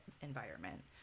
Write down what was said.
environment